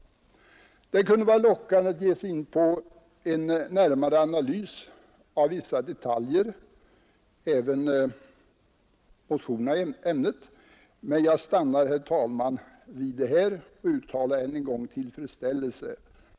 Det kunde vara lockande att ge sig in på en närmare analys av vissa detaljer även i motionerna i ämnet, men jag stannar, herr talman, vid detta och uttalar än en gång tillfredsställelse över att dessa industrier har inrangerats bland dem där staten gör speciella insatser. Det tror jag att vi kommer att få glädje av.